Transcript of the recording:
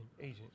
agent